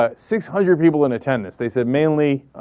ah six hundred people in attendance they said mainly